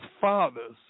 fathers